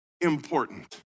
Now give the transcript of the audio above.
important